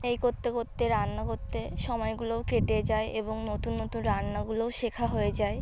এই করতে করতে রান্না করতে সময়গুলোও কেটে যায় এবং নতুন নতুন রান্নাগুলোও শেখা হয়ে যায়